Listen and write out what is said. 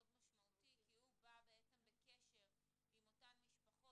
משמעותי כי הוא בא בעצם בקשר עם אותן משפחות,